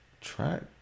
track